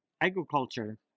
agriculture